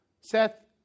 Seth